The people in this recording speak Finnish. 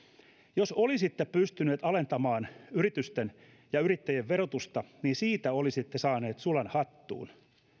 jos olisitte pystyneet alentamaan yritysten ja yrittäjien verotusta niin siitä olisitte saaneet sulan hattuun